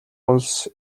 улс